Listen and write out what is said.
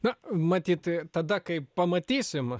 na matyt tada kai pamatysim